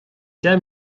deich